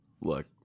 look